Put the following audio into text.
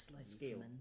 scale